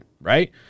right